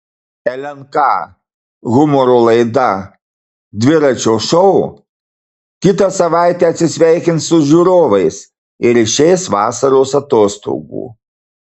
lnk humoro laida dviračio šou kitą savaitę atsisveikins su žiūrovais ir išeis vasaros atostogų